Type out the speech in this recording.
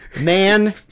man